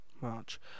March